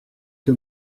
que